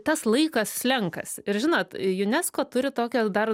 tas laikas slenkasi ir žinot unesco turi tokią dar